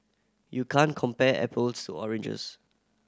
you can't compare apples to oranges